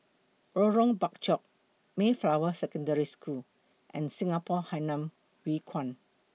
Lorong Bachok Mayflower Secondary School and Singapore Hainan Hwee Kuan